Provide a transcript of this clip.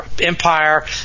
Empire